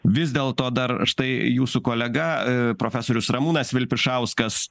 vis dėlto dar štai jūsų kolega profesorius ramūnas vilpišauskas